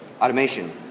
Automation